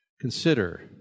consider